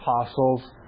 apostles